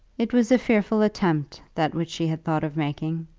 it was a fearful attempt, that which she had thought of making.